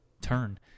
turn